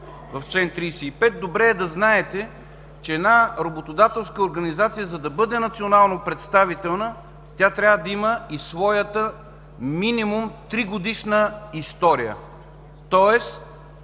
в чл. 35, добре е да знаете, че една работодателска организация, за да бъде национално представителна, трябва да има и своята минимум тригодишна история. Тоест,